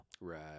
Right